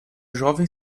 jovem